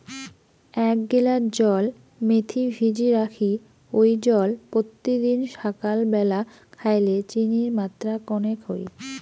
এ্যাক গিলাস জল মেথি ভিজি রাখি ওই জল পত্যিদিন সাকাল ব্যালা খাইলে চিনির মাত্রা কণেক হই